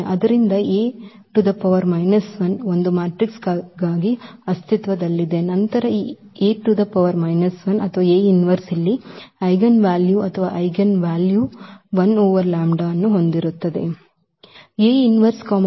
ಆದ್ದರಿಂದ ಒಂದು ಮ್ಯಾಟ್ರಿಕ್ಸ್ಗಾಗಿ ಅಸ್ತಿತ್ವದಲ್ಲಿದೆ ನಂತರ ಈ ಇಲ್ಲಿ ಐಜೆನ್ವಾಲ್ಯೂ ಅಥವಾ ಐಜೆನ್ವಾಲ್ಯೂ ಒನ್ ಓವರ್ ಲಂಬ್ಡ್ಯಾ ಅನ್ನು ಹೊಂದಿರುತ್ತದೆ